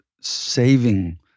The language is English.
saving